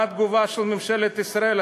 מה התגובה של ממשלת ישראל,